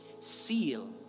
seal